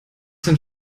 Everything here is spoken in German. sind